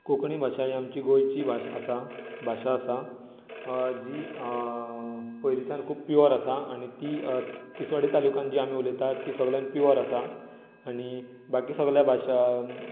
कोंकणी भाशा ही आमची गोंयची भास आसा भाशा आसा जी पयलींच्यान खूब प्यूयोर आसात आनी ती तिसवाडी तालुकांत जी आमी उलयतात ती सगल्यान प्यूओर आसात आनी बाकी सगल्या भाशांनी